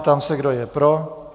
Ptám se, kdo je pro?